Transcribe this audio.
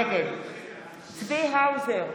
נגד צבי האוזר,